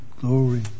Glory